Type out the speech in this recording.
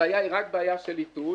הבעיה היא בעיה רק של עיתוי,